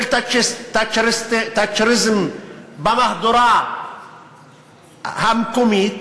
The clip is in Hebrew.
של תאצ'ריזם במהדורה המקומית,